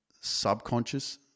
subconscious